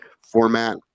format